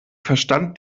verstand